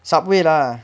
Subway lah